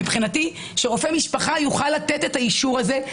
מבחינתי שרופא משפחה יוכל לתת את האישור הזה.